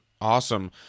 awesome